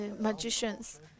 magicians